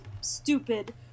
stupid